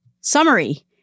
Summary